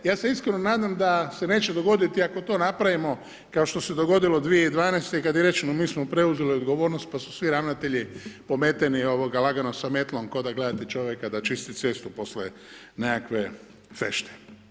Ja se iskreno nadam da se neće dogoditi, ako to napravimo, kao što se dogodilo 2012. kad je rečeno, mi smo preuzeli odgovornost, pa su svi ravnatelji pometeni lagano sa metlom, kao da gledate čovjeka da čisti cestu poslije nekakve fešte.